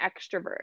extrovert